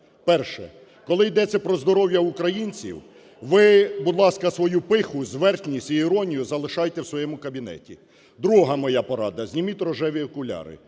Перше. Коли йдеться про здоров'я українців, ви, будь ласка, свою пиху, зверхність і іронію залишайте в своєму кабінеті. Друга моя порада: зніміть рожеві окуляри.